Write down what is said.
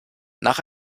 nach